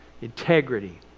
integrity